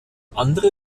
andere